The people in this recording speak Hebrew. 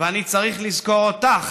ואני צריך לזכור אותך,